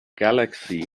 galaxy